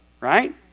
right